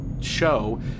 show